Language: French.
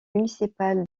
municipal